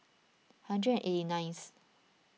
hundred eighty ninth